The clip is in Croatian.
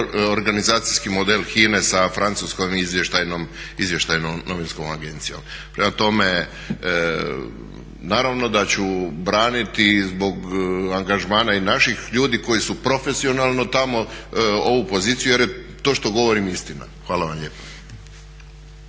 organizacijski model HINA-e sa Francuskom izvještajnom novinskom agencijom. Prema tome, naravno da ću braniti i zbog angažmana i naših ljudi koji su profesionalno tamo ovu poziciju jer je to što govorim istina. Hvala vam lijepa.